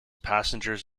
passengers